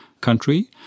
country